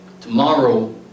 Tomorrow